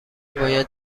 باید